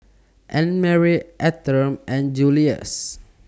Annmarie Autumn and Julius